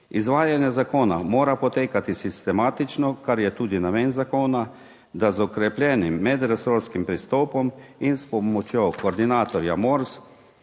Izvajanje zakona mora potekati sistematično, kar je tudi namen zakona, da z okrepljenim medresorskim pristopom in s pomočjo koordinatorja MORS,